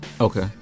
okay